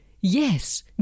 Yes